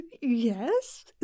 yes